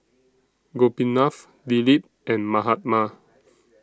Gopinath Dilip and Mahatma